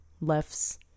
lefts